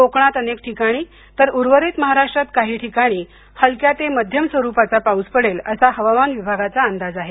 कोकणात अनेक ठिकाणी तर उर्वरित महाराष्ट्रात काही ठिकाणी हलक्या ते मध्यम स्वरूपाचा पाऊस पडेल असा हवामान विभागाचा अंदाज आहे